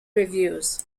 reviews